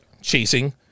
chasing